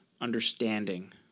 understanding